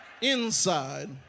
inside